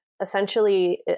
essentially